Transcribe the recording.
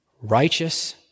righteous